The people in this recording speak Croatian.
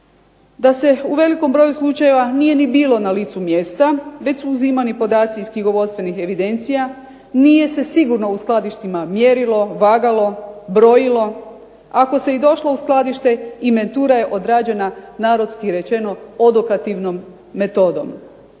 Da se u velikom broju slučajeva nije ni bilo na licu mjesta već su uzimani podaci iz knjigovodstvenih evidencija, nije se sigurno u skladištima mjerilo, vagalo, brojilo. Ako se i došlo u skladište inventura je odrađena narodski rečeno odokativnom metodom.